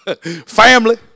Family